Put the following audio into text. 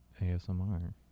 ASMR